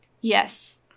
Yes